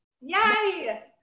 Yay